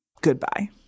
Goodbye